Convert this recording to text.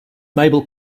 mabel